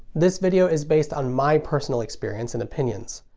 this video is based on my personal experience and opinions.